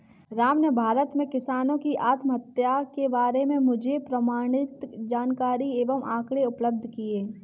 राम ने भारत में किसानों की आत्महत्या के बारे में मुझे प्रमाणित जानकारी एवं आंकड़े उपलब्ध किये